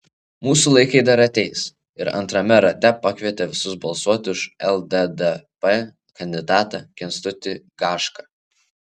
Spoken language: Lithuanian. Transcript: mūsų laikai dar ateis ir antrame rate pakvietė visus balsuoti už lddp kandidatą kęstutį gašką